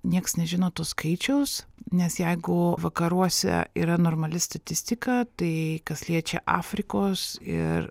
nieks nežino to skaičiaus nes jeigu vakaruose yra normali statistika tai kas liečia afrikos ir